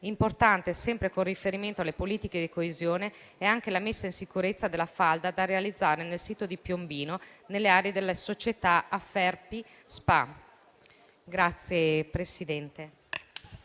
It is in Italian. Importante, sempre con riferimento alle politiche di coesione, è anche la messa in sicurezza della falda da realizzare nel sito di Piombino, nelle aree della società Aferpi SpA.